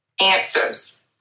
answers